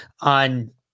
on